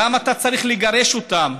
למה אתה צריך לגרש אותם?